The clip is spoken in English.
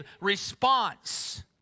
response